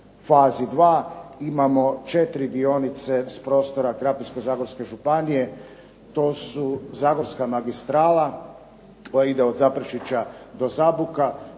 u fazi II imamo 4 dionice s prostora Krapinsko-zagorske županije. To su Zagorska magistrala koja ide od Zaprešića do Zaboka,